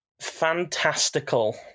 fantastical